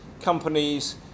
companies